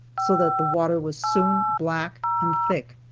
so that the water was soon black and thick.